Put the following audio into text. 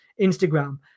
Instagram